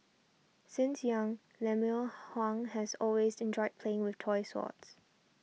since young Lemuel Huang has always enjoyed playing with toy swords